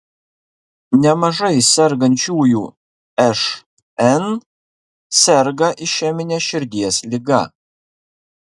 nemažai sergančiųjų šn serga išemine širdies liga